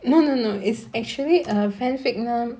no no no it's actually a fan fic non~